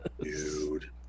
dude